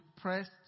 pressed